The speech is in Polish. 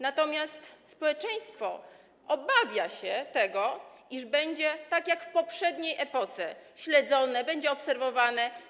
Natomiast społeczeństwo obawia się tego, iż będzie, tak jak w poprzedniej epoce, śledzone, będzie obserwowane.